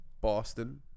Boston